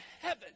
heaven